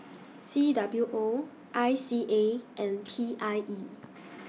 C W O I C A and P I E